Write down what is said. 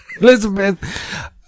elizabeth